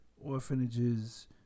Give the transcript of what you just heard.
orphanages